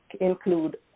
include